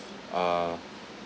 uh